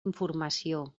informació